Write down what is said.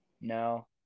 No